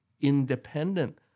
independent